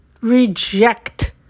reject